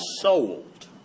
sold